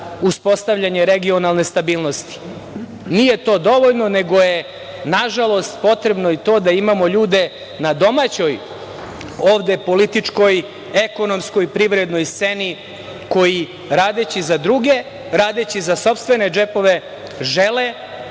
uspostavljanje regionalne stabilnosti. Nije to dovoljno, nego je, nažalost, potrebno i to da imamo ljude na domaćoj ovde političkoj, ekonomskoj, privrednoj sceni koji radeći za druge, radeći za sopstvene džepove žele,